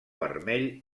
vermell